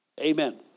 Amen